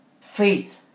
faith